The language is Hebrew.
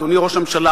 אדוני ראש הממשלה,